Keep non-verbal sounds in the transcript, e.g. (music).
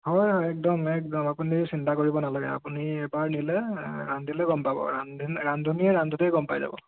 হয় হয় একদম একদম আপুনি চিন্তা কৰিব নালাগে আপুনি এবাৰ নিলে ৰান্ধিলে গ'ম পাব (unintelligible) ৰান্ধনীয়ে ৰান্ধোতেই গ'ম পাই যাব